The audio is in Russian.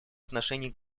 отношении